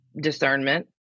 discernment